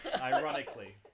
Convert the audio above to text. ironically